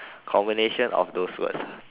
combination of those words